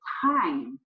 time